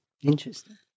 Interesting